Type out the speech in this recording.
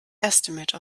estimate